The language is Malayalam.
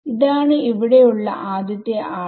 ഇതാണ് ഇവിടെ ഉള്ള ആദ്യത്തെ ആൾ